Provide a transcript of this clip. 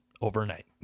overnight